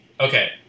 Okay